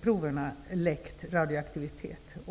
proverna läckt radioaktivitet.